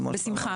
בשמחה.